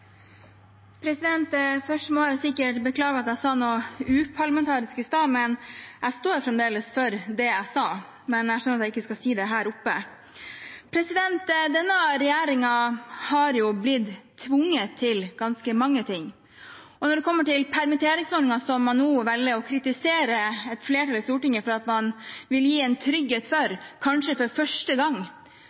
Først må jeg beklage at jeg sa noe uparlamentarisk i stad. Jeg står fremdeles for det jeg sa, men jeg skjønner at jeg ikke skal si det her oppe. Denne regjeringen har jo blitt tvunget til ganske mange ting. Når det kommer til permitteringsordningen, som man nå velger å kritisere et flertall i Stortinget for å ville gi en trygghet for, kanskje for første gang,